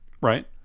Right